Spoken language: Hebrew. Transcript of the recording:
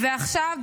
ועכשיו,